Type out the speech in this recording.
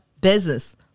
business